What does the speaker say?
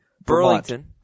Burlington